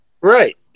Right